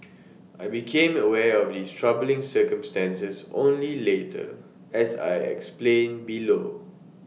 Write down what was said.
I became aware of these troubling circumstances only later as I explain below